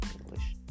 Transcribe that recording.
English